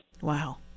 Wow